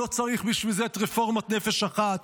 לא צריך בשביל זה את רפורמת נפש אחת,